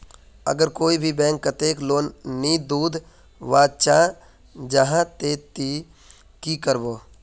अगर कोई भी बैंक कतेक लोन नी दूध बा चाँ जाहा ते ती की करबो?